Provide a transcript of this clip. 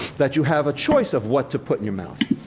that you have a choice of what to put in your mouth.